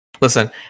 listen